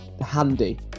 handy